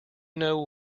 know